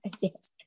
Yes